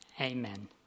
amen